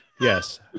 yes